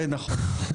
זה נכון.